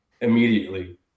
immediately